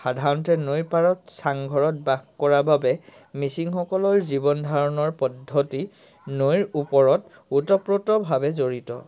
সাধাৰণতে নৈ পাৰত চাংঘৰত বাস কৰা বাবে মিচিংসকলৰ জীৱন ধাৰণৰ পদ্ধতি নৈৰ ওপৰত ওতঃপ্ৰোতভাৱে জড়িত